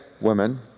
women